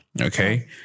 okay